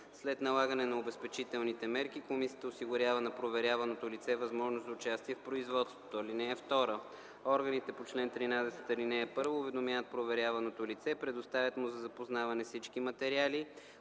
След налагане на обезпечителните мерки комисията осигурява на проверяваното лице възможност за участие в производството. (2) Органите по чл. 13, ал. 1 уведомяват проверяваното лице, предоставят му за запознаване всички материали,